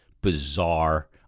bizarre